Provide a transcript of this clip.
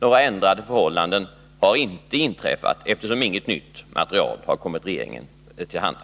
Några ändringar av förhållandena har inte inträffat, eftersom inget nytt material har kommit regeringen till handa.